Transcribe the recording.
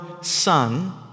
son